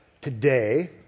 today